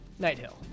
Nighthill